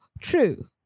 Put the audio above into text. True